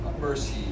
mercy